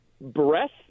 breath